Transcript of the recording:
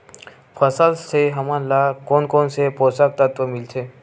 फसल से हमन ला कोन कोन से पोषक तत्व मिलथे?